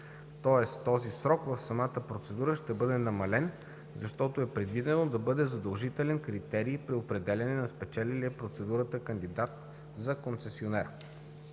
тоест този срок в самата процедура ще бъде намален, защото е предвидено да бъде задължителен критерий при определяне на спечелилия процедурата кандидат за концесионер.